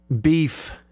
beef